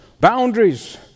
boundaries